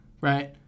Right